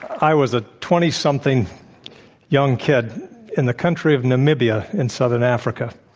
i was a twenty something young kid in the country of namibia in southern africa,